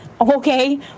okay